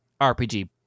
RPG